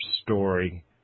story